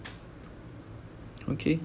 okay